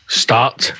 start